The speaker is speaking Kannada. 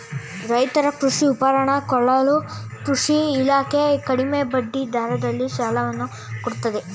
ರೈತರು ಕೃಷಿ ಉಪಕರಣ ಕೊಳ್ಳಲು ಕೃಷಿ ಇಲಾಖೆ ಕಡಿಮೆ ಬಡ್ಡಿ ದರದಲ್ಲಿ ಸಾಲವನ್ನು ಕೊಡುತ್ತದೆ